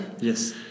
Yes